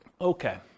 Okay